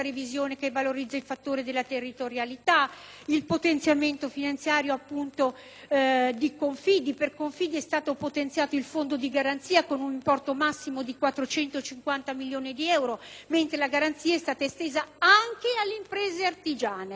il potenziamento finanziario dei confidi. Per i confidi è stato potenziato il fondo di garanzia con un importo massimo di 450 milioni di euro, mentre la garanzia è stata estesa anche alle imprese artigiane. Si tratta di una norma importante: